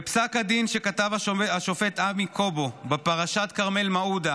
בפסק הדין שכתב השופט עמי קובי בפרשת כרמל מעודה,